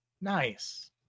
Nice